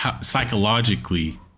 psychologically